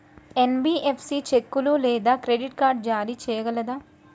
NBFC చెక్కులు లేదా credit card జారీ చేయగలదా?